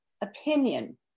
opinion